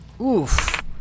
Oof